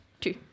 two